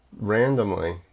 randomly